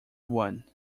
won